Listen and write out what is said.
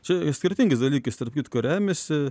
čia skirtingais dalykais tarp kitko remiasi